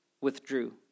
Withdrew